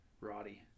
roddy